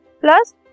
plus